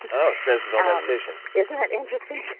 oh, transcendental meditation. isn't that interesting?